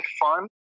fun